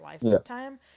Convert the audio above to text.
lifetime